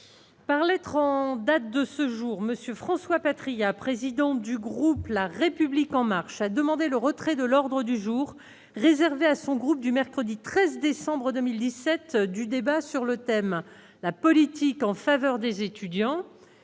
Par lettre en date de ce jour, monsieur François Patriat, président du groupe, la République en marche, a demandé le retrait de l'ordre du jour réservée à son groupe du mercredi 13 décembre 2000 17 du débat sur le thème la politique en faveur des étudiants et